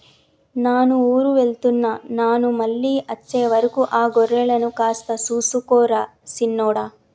నాను ఊరు వెళ్తున్న నాను మళ్ళీ అచ్చే వరకు ఆ గొర్రెలను కాస్త సూసుకో రా సిన్నోడా